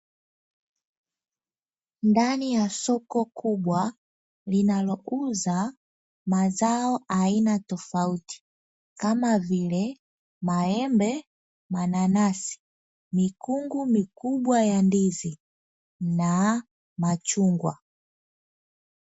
Ndani ya soko kubwa, linalouza mazao aina tofauti, kama vile: maembe, mananasi, mikungu mikubwa ya ndizi na machungwa.